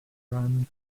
run